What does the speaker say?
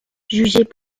jugées